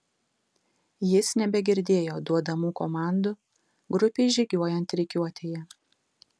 jis nebegirdėjo duodamų komandų grupei žygiuojant rikiuotėje